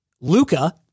Luca